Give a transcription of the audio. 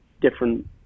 different